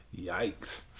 Yikes